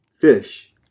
fish